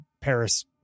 Paris